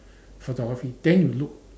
photography then you look